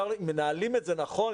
אם מנהלים את זה נכון,